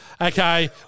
Okay